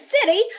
city